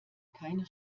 keine